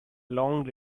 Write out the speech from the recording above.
long